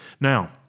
Now